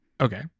Okay